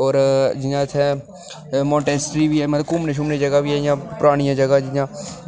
होर जि'यां असें मार्डेनसी बी मतलब घुमने दी जगह बी ऐ परानियां जगह जि'यां